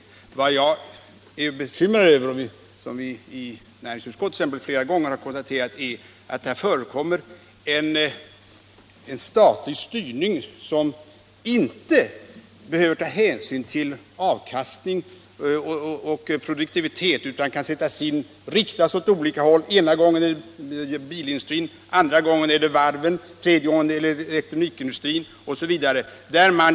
= Vissa industri och Vad jag är bekymrad över är att det, som vi i näringsutskottet t.ex. — sysselsättningsstiflera gånger har konstaterat, här förekommer en statlig styrning som = mulerande åtgärinte behöver ta hänsyn till avkastning och produktivitet utan kan riktas — der, m.m. åt olika håll. Ena gången är det bilindustrin, andra gången är det varven, tredje gången är det elektronikindustrin osv.